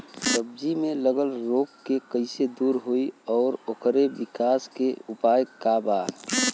सब्जी में लगल रोग के कइसे दूर होयी और ओकरे विकास के उपाय का बा?